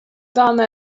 done